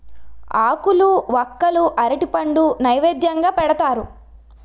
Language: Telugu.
ఆకులు వక్కలు అరటిపండు నైవేద్యంగా పెడతారు